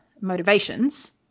motivations